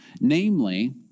namely